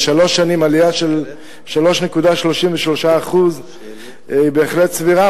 בשלוש שנים עלייה של 3.33% היא בהחלט סבירה,